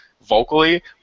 vocally